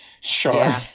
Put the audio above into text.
sure